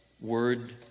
word